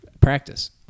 practice